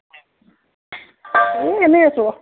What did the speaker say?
ওম এনে আছোঁ